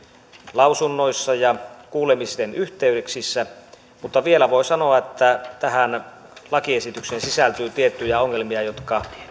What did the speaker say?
lausunnoissa ja kuulemisten yhteyksissä mutta vielä voi sanoa että tähän lakiesitykseen sisältyy tiettyjä ongelmia jotka